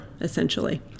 essentially